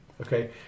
Okay